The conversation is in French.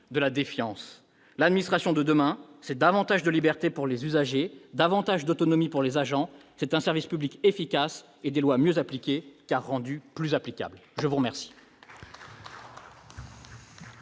cher collègue ! L'administration de demain, c'est davantage de liberté pour les usagers et davantage d'autonomie pour les agents, c'est un service public efficace et des lois mieux appliquées, car rendues plus applicables. La parole